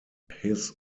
his